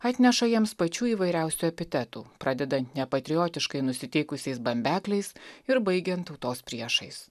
atneša jiems pačių įvairiausių epitetų pradedant nepatriotiškai nusiteikusiais bambekliais ir baigiant tautos priešais